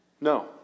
No